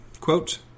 quote